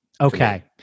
Okay